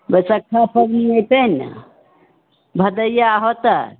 बैशखा पाबनि होइतै ने भदैया होतै